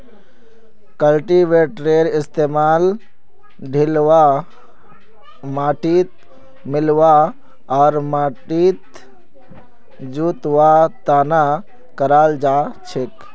कल्टीवेटरेर इस्तमाल ढिलवा माटिक मिलव्वा आर माटिक जोतवार त न कराल जा छेक